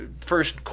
first